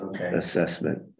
assessment